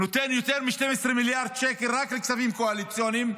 נותן יותר מ-12 מיליארד שקל רק לכספים קואליציוניים,